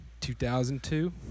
2002